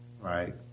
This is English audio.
Right